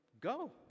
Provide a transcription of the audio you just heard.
go